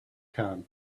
can